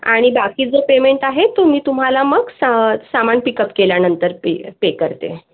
आणि बाकी जो पेमेंट आहे तो मी तुम्हाला मग सामा सामान पिकअप केल्यानंतर पे पे करते